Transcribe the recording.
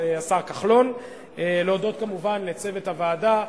השר כחלון להודות כמובן לצוות הוועדה,